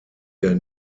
der